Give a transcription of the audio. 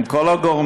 עם כל הגורמים,